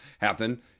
happen